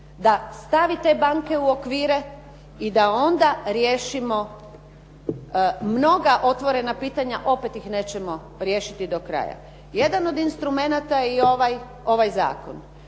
da stavi te banke u okvire i da onda riješimo mnoga otvorena pitanja, opet ih nećemo riješiti do kraja. Jedan od instrumenata je i ovaj zakon.